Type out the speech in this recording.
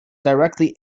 directly